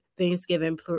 thanksgiving